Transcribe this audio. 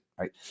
right